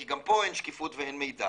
כי גם פה אין שקיפות ואין מידע,